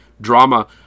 Drama